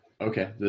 Okay